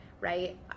right